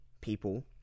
people